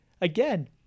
Again